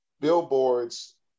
billboards